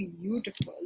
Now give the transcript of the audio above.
beautiful